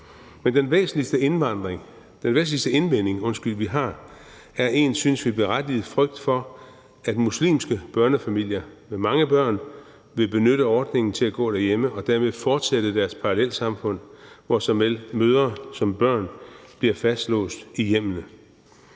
Men den væsentligste indvending, vi har, er en, synes vi, berettiget frygt for, at muslimske børnefamilier med mange børn vil benytte ordningen til at gå derhjemme og dermed fortsætte deres parallelsamfund, hvor såvel mødre som børn bliver fastlåst i hjemmene.